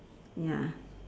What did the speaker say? ya